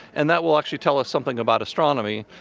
and that will actually tell us something about astronomy.